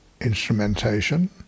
instrumentation